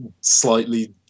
slightly